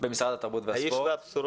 במשרד התרבות והספורט.